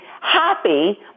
happy